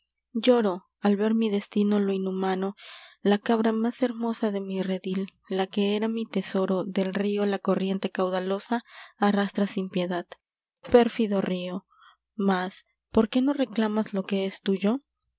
lloro al ver de m i destino lo inhumano la cabra más hermosa de m i redil la que era m i tesoro del río la corriente caudalosa arrastra sin piedad pérfido r i o mas ipor qué no reclamas lo que es tuyo